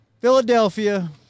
Philadelphia